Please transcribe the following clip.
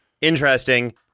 Interesting